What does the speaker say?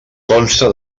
consta